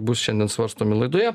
bus šiandien svarstomi laidoje